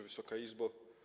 Wysoka Izbo!